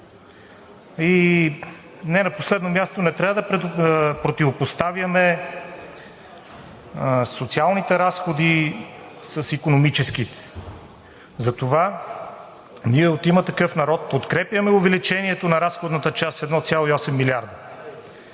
Не на последно място не трябва да противопоставяме социалните разходи с икономическите и затова ние от „Има такъв народ“ подкрепяме увеличението на разходната част с 1,8 милиарда,